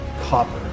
copper